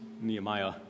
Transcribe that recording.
Nehemiah